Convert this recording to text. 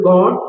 God